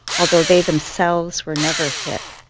although they themselves were never hit?